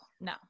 No